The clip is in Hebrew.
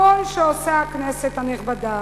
כל שעושה הכנסת הנכבדה